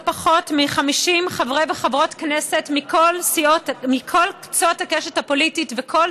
לא פחות מ-50 חברי וחברות כנסת מכל קצות הקשת הפוליטית וכל